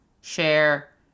share